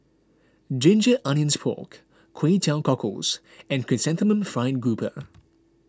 Ginger Onions Pork Kway Teow Cockles and Chrysanthemum Fried Grouper